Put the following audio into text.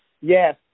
yes